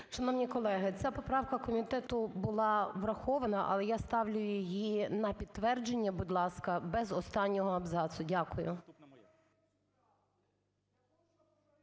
Шановні колеги, ця поправка комітету була врахована, але я ставлю її на підтвердження, будь ласка, без останнього абзацу. Дякую.